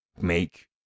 make